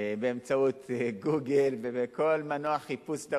באמצעות "גוגל" וכל מנוע חיפוש שאתה